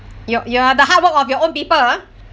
you're you're the hard work of your own people ah